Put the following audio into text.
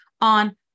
on